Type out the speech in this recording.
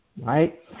right